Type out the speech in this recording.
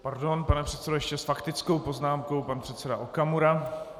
Pardon, pane předsedo , ještě s faktickou poznámkou pan předseda Okamura.